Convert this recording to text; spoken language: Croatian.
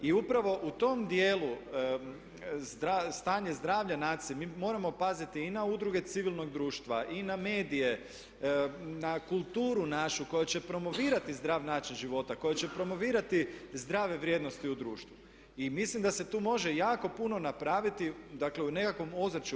I upravo u tom dijelu stanja zdravlja nacije, mi moramo paziti i na udruge civilnog društva i na medije, na kulturu našu koja će promovirati zdrav način života, koja će promovirati zdrave vrijednosti u društvu i mislim da se tu može jako puno napraviti, dakle u nekakvom ozračju.